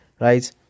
right